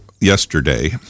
yesterday